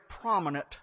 prominent